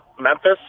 Memphis